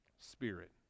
spirit